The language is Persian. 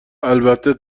البته